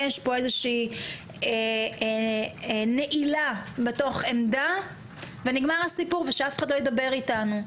יש פה איזושהי נעילה בתוך עמדה ונגמר הסיפור ושאף אחד לא ידבר איתנו.